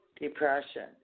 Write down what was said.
depression